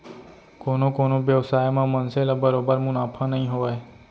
कोनो कोनो बेवसाय म मनसे ल बरोबर मुनाफा नइ होवय